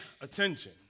attention